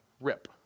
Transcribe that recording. rip